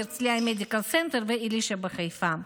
הרצליה מדיקל סנטר ואלישע בחיפה.